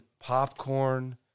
popcorn